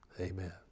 Amen